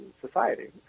society